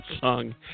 song